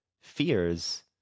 fears